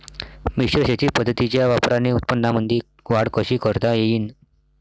मिश्र शेती पद्धतीच्या वापराने उत्पन्नामंदी वाढ कशी करता येईन?